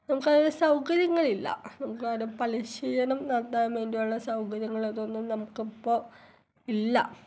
നമുക്കതിന് സൗകര്യങ്ങളില്ല എന്താണ് പരിശീലനം നടത്താൻ വേണ്ടിയുള്ള സൗകര്യങ്ങൾ അതൊന്നും നമുക്ക് ഇപ്പോൾ ഇല്ല